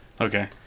okay